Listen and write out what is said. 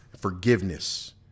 Forgiveness